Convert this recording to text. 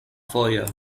vojo